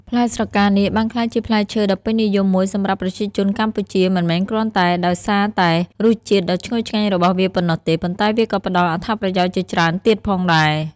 ផ្លែស្រកានាគបានក្លាយជាផ្លែឈើដ៏ពេញនិយមមួយសម្រាប់ប្រជាជនកម្ពុជា មិនមែនគ្រាន់តែដោយសារតែរសជាតិដ៏ឈ្ងុយឆ្ងាញ់របស់វាប៉ុណ្ណោះទេ ប៉ុន្តែវាក៏ផ្ដល់អត្ថប្រយោជន៍ជាច្រើនទៀតផងដែរ។